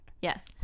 yes